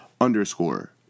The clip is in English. underscore